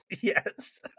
yes